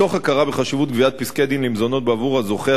מתוך הכרה בחשיבות גביית פסקי-דין למזונות בעבור הזוכה,